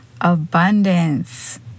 abundance